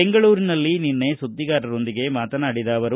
ಬೆಂಗಳೂರಿನಲ್ಲಿ ನಿನ್ನೆ ಸುದ್ಗಿಗಾರರೊಂದಿಗೆ ಮಾತನಾಡಿದ ಅವರು